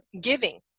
giving